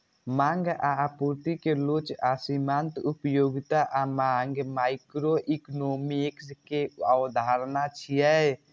मांग आ आपूर्ति के लोच आ सीमांत उपयोगिता आ मांग माइक्रोइकोनोमिक्स के अवधारणा छियै